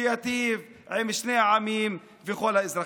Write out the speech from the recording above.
שייטיב עם שני העמים ועם כל האזרחים.